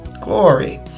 Glory